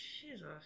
Jesus